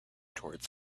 towards